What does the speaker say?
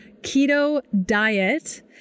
KETODIET